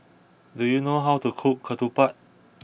do you know how to cook Ketupat